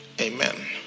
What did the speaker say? Amen